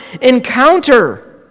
encounter